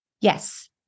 Yes